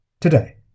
Today